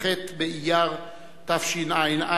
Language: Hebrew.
כ"ח באייר תשע"א,